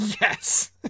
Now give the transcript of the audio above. Yes